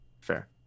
fair